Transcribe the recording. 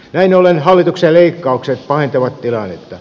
näin ollen hallituksen leikkaukset pahentavat tilannetta